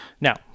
now